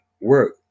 work